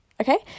okay